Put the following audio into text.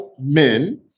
men